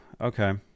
okay